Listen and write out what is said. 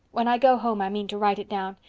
when i go home i mean to write it down.